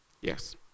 Yes